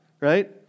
Right